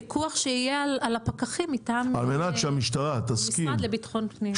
פיקוח שיהיה על הפקחים מטעם המשרד לביטחון פנים.